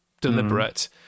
deliberate